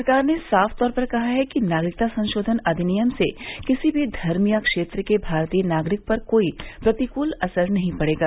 सरकार ने साफ तौर पर कहा है कि नागरिकता संशोधन अधिनियम से किसी भी धर्म या क्षेत्र के भारतीय नागरिक पर कोई प्रतिकूल असर नहीं पड़ेगा